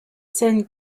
scènes